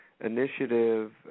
initiative